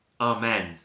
Amen